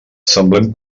semblem